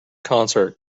concert